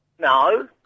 No